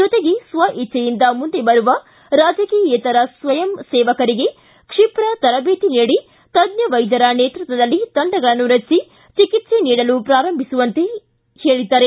ಜೊತೆಗೆ ಸ್ವ ಇಚ್ಛೆಯಿಂದ ಮುಂದೆ ಬರುವ ರಾಜಕೀಯೇತರ ಸ್ವಯಂ ಸೇವಕರಿಗೆ ಕ್ಷಿಪ್ರ ತರಬೇತಿ ನೀಡಿ ತಜ್ಞ ವೈದ್ಯರ ನೇತೃತ್ವದಲ್ಲಿ ತಂಡಗಳನ್ನು ರಚಿಸಿ ಚಿಕಿತ್ಸೆ ನೀಡಲು ಪೂರಂಭಿಸುವಂತೆ ಹೇಳಿದ್ದಾರೆ